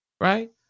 Right